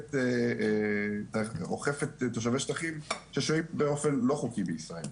אוכפת תושבי שטחים ששוהים באופן לא חוקי בישראל.